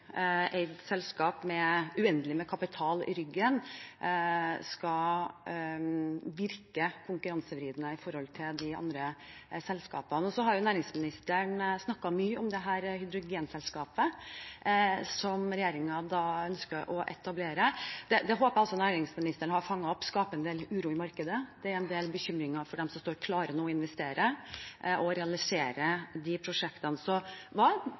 eid selskap med uendelig med kapital i ryggen skal virke konkurransevridende i forhold til de andre selskapene. Næringsministeren har snakket mye om hydrogenselskapet som regjeringen ønsker å etablere. Det håper jeg næringsministeren har fanget opp skaper en del uro i markedet. Det er en del bekymring fra dem som nå står klar til å investere og realisere de prosjektene. Hva